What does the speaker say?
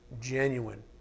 genuine